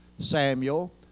Samuel